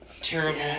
terrible